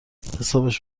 حسابش